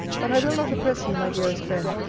but i will not oppress you, my dearest friend,